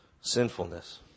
sinfulness